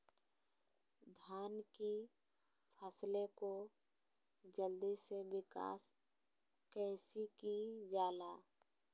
धान की फसलें को जल्दी से विकास कैसी कि जाला?